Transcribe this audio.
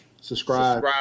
Subscribe